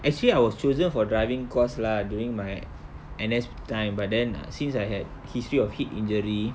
actually I was chosen for driving course lah during my N_S time but then since I had history of heat injury